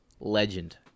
Legend